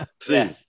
see